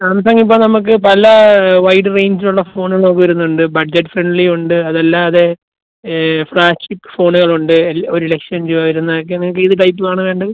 Samsung ഇപ്പോൾ നമുക്ക് പല വൈഡ് റേഞ്ചിലുള്ള ഫോണുകള് വരുന്നുണ്ട് ബഡ്ജറ്റ് ഫ്രണ്ട്ലി ഉണ്ട് അത് അല്ലാതെ ഫ്ലാഗ്ഷിപ്പ് ഫോണുകളുണ്ട് എൽ ഒരു ലക്ഷം രൂപ വരുന്നതൊക്കെ നിങ്ങൾക്ക് ഏത് ടൈപ്പ് ആണ് വേണ്ടത്